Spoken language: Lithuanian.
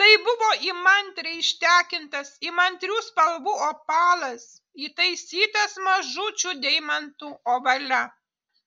tai buvo įmantriai ištekintas įmantrių spalvų opalas įtaisytas mažučių deimantų ovale